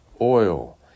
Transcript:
oil